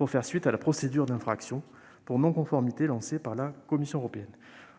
à la suite de la procédure d'infraction pour non-conformité lancée par la Commission européenne.